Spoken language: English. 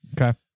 Okay